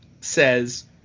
says